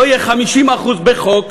לא יהיה 50% בחוק?